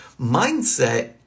Mindset